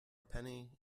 penny